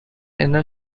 inner